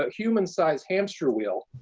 but human sized hamster wheel